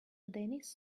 daniels